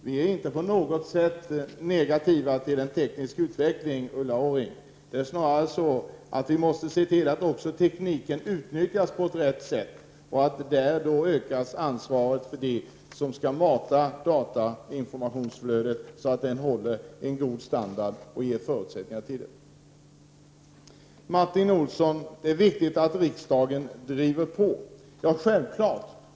Vi är inte på något sätt negativt inställda till den tekniska utvecklingen, men vi måste se till att tekniken utnyttjas på rätt sätt och att de som har ansvaret för datainformationsflödet får möjlighet att ge detta en god standard. Martin Olsson säger att det är viktigt att riksdagen driver på. Det är självklart.